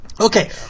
Okay